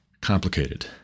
complicated